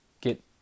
get